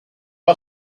are